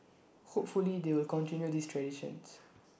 hopefully they will continue this traditions